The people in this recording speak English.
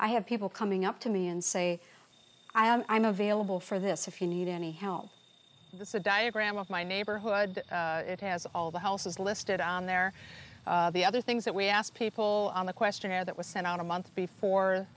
i have people coming up to me and say i'm available for this if you need any help that's a diagram of my neighborhood it has all the houses listed on there the other things that we asked people on the questionnaire that was sent out a month before